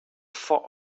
for